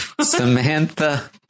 Samantha